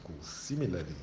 similarly